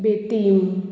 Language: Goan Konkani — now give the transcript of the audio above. बेतीम